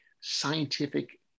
scientific